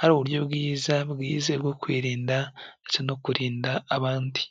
ari uburyo bwiza bwizewe bwo kwirinda ndetse no kurinda abandi.